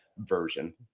version